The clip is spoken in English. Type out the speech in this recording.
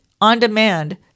on-demand